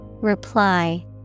Reply